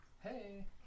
Hey